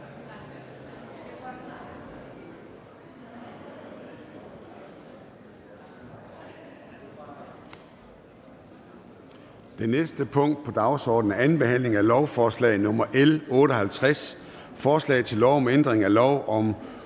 Det næste punkt på dagsordenen er: 15) 1. behandling af lovforslag nr. L 110: Forslag til lov om ændring af lov om